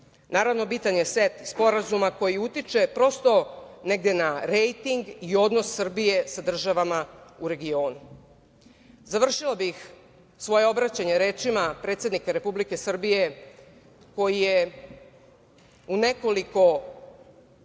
bitan je i set sporazuma koji utiče prosto negde na rejting i odnos Srbije sa državama u regionu. Završila bih svoje obraćanje rečima predsednika Republike Srbije, koji je u nekoliko